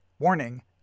Warning